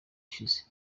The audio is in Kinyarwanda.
ishize